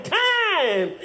time